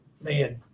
man